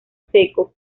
seco